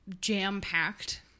jam-packed